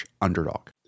underdog